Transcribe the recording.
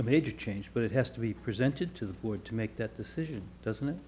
a major change but it has to be presented to the board to make that decision doesn't